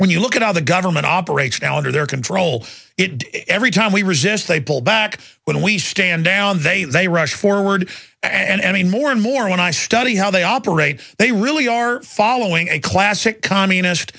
when you look at how the government operates now under their control it every time we resist they pull back when we stand down they they rush forward and any more and more when i study how they operate they really are following a classic communist